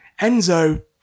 Enzo